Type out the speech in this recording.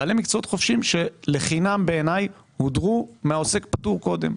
בעלי מקצועות חופשיים שלחינם בעיניי הודרו מעוסק פטור קודם.